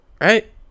Right